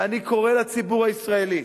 ואני קורא לציבור הישראלי